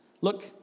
Look